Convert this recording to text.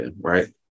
right